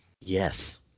Yes